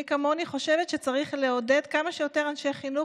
מי כמוני חושבת שצריך לעודד כמה שיותר אנשי חינוך